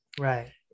Right